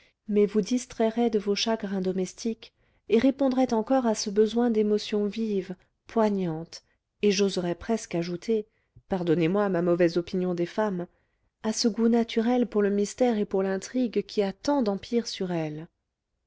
mais vous distrairaient de vos chagrins domestiques et répondraient encore à ce besoin d'émotions vives poignantes et j'oserais presque ajouter pardonnez-moi ma mauvaise opinion des femmes à ce goût naturel pour le mystère et pour l'intrigue qui a tant d'empire sur elles